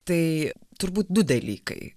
tai turbūt du dalykai